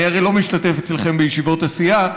אני הרי לא משתתף אצלכם בישיבות הסיעה,